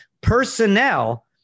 personnel